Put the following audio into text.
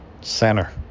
Center